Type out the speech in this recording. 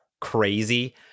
Crazy